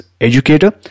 educator